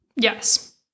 Yes